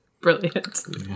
Brilliant